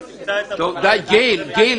אני לא עובדת --- די, גיל.